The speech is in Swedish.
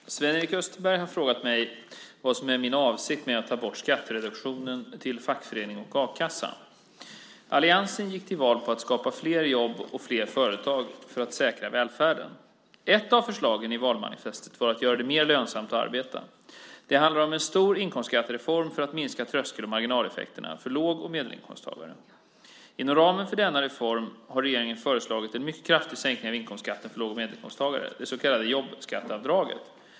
Fru talman! Sven-Erik Österberg har frågat mig vad som är min avsikt med att ta bort skattereduktionerna för fackföreningsavgift och avgift till a-kassa. Alliansen gick till val på att skapa flera jobb och flera företag för att säkra välfärden. Ett av förslagen i valmanifestet var att göra det mer lönsamt att arbeta. Det handlar om en stor inkomstskattereform för att minska tröskel och marginaleffekterna för låg och medelinkomsttagare. Inom ramen för denna reform har regeringen föreslagit en mycket kraftig sänkning av inkomstskatten för låg och medelinkomsttagare, det så kallade jobbskatteavdraget.